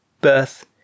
birth